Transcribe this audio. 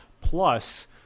Plus